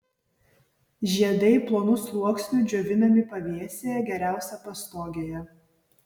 žiedai plonu sluoksniu džiovinami pavėsyje geriausia pastogėje